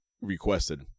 requested